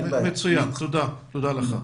מצוין, תודה לך.